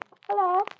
Hello